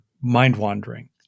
mind-wandering